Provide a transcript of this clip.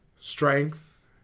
strength